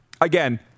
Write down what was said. Again